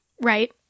Right